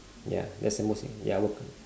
ya that's the most ya I work